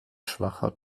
schwacher